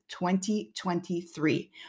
2023